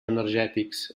energètics